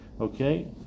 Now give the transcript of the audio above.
Okay